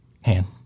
hand